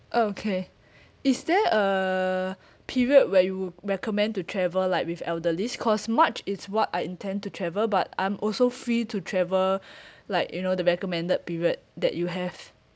okay is there a period where you recommend to travel like with elderly cause march it's what I intend to travel but I'm also free to travel like you know the recommended period that you have